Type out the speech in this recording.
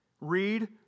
Read